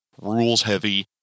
rules-heavy